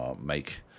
make